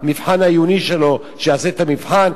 במבחן העיוני שלו, שיעשה את המבחן.